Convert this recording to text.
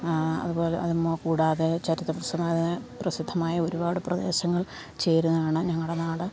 അതുപോലെ അത് കൂടാതെ ചരിത്രപ്രസിമായ പ്രസിദ്ധമായ ഒരുപാട് പ്രദേശങ്ങൾ ചേരുന്നതാണ് ഞങ്ങളുടെ നാട്